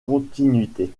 continuité